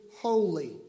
holy